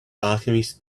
alchemist